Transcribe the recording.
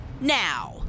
now